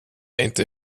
inte